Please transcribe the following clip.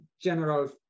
general